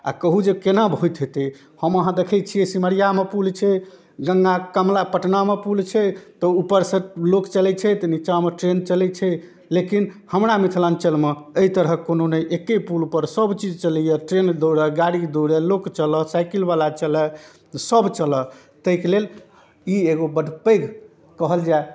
आओर कहू जे कोना होइत हेतै हम अहाँ देखै छिए सिमरिआमे पुल छै गङ्गा कमला पटनामे पुल छै तऽ उपरसँ लोक चलै छै तऽ निचाँमे ट्रेन चलैत छै लेकिन हमरा मिथिलाञ्चलमे एहि तरहके कोनो नहि एक्के पुलपर सबचीज चलैए ट्रेन दौड़े गाड़ी दौड़े लोक चलै साइकिलवला चलै सब चलै ताहिके लेल ई एगो बड़ पैघ कहल जाए